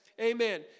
Amen